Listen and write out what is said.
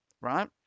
right